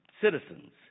Citizens